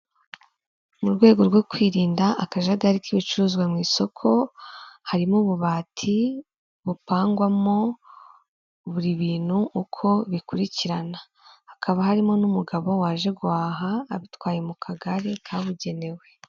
Mu rwego rwo kwirinda akajagari k'ibicuruzwa mu isoko harimo ububati bupangwamo buri bintu uko bikurikirana hakaba harimo n'umugabo waje guhaha abitwaye mu kagare kabugenewe.